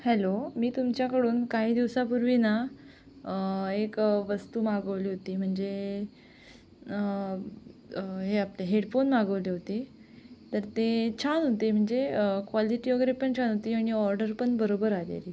hello मी तुमचाकडून काही दिवसापूर्वी ना एक वस्तू मागवली होती म्हणजे हे आपलं हेडफोन मागवले होते तर ते छान होते म्हणजे कॉलिटी वगैरे पण छान होती आणि ऑर्डर पण बरोबर आलेली